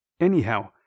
Anyhow